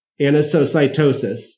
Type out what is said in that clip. anisocytosis